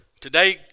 Today